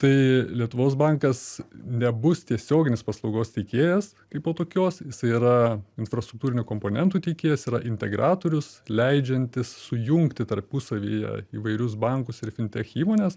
tai lietuvos bankas nebus tiesioginis paslaugos teikėjas kaipo tokios jisai yra infrastruktūrinių komponentų teikėjas yra integratorius leidžiantis sujungti tarpusavyje įvairius bankus ir fintech įmones